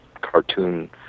cartoon